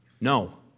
No